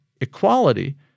equality